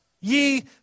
ye